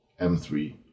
M3